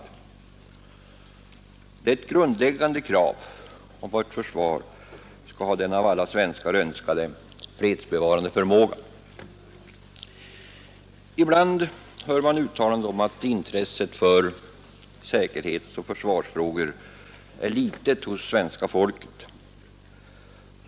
Det är ett grundläggande krav att vårt försvar skall ha den av alla svenskar önskade fredsbevarande förmågan. Ibland hör man uttalanden om att intresset för säkerhetsoch försvarsfrågor är litet hos svenska folket.